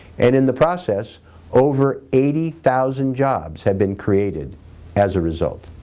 and in the process over eighty thousand jobs have been created as a result.